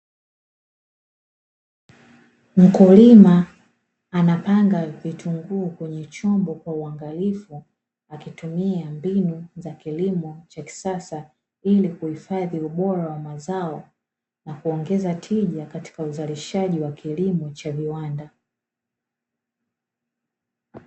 Mkulima anapanga vitunguu kwenye chombo kwa uangalifu, akitumia mbinu za kilimo cha kisasa, ili kuhifadhi ubora wa mazao na kuongeza tija katika uzalishaji wa kilimo cha viwanda.